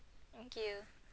thank you